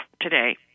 today